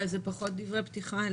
אלו פחות דברי פתיחה,